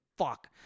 fuck